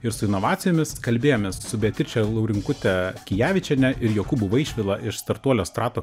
ir su inovacijomis kalbėjomės su beatriče laurinkute kijavičiene ir jokūbu vaišvila iš startuolio strato